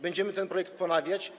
Będziemy ten projekt ponawiać.